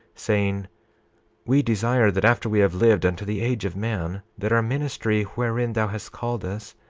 saying we desire that after we have lived unto the age of man, that our ministry, wherein thou hast called us,